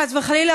חס וחלילה,